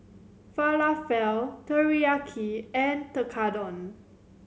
Falafel Teriyaki and Tekkadon